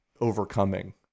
overcoming